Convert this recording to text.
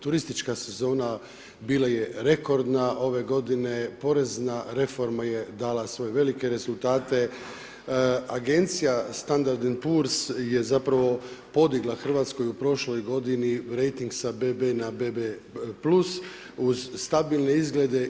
Turistička sezona bila je rekordna ove godine, porezna reforma je dala svoje velike rezultate, Agencija Standard & Poor's je zapravo podigla Hrvatskoj u prošloj godini rejting sa BB na BB+ uz stabilne izglede.